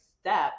step